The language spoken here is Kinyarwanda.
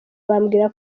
bambwira